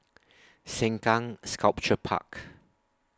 Sengkang Sculpture Park